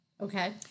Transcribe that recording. Okay